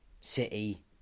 City